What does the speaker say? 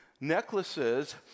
Necklaces